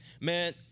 man